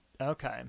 Okay